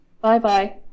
Bye-bye